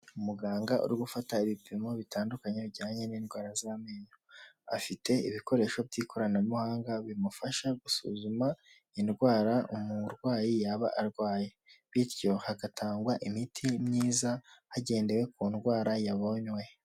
Umuganga uri gufata ibipimo bitandukanye bijyanye n'indwara z'amenyo, afite ibikoresho by'ikoranabuhanga bimufasha gusuzuma indwara umurwayi yaba arwaye bityo hagatangwa imiti myiza hagendewe ku ndwara yabonywe.